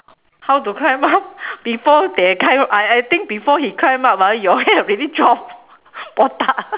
how to climb up before they climb I I think before he climb up ah your hair already drop botak